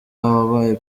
wabaye